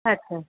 अछा